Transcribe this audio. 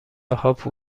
هاپو